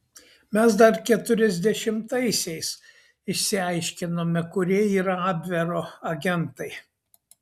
mes dar keturiasdešimtaisiais išsiaiškinome kurie yra abvero agentai